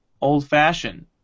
old-fashioned